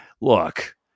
look